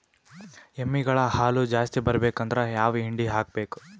ಎಮ್ಮಿ ಗಳ ಹಾಲು ಜಾಸ್ತಿ ಬರಬೇಕಂದ್ರ ಯಾವ ಹಿಂಡಿ ಹಾಕಬೇಕು?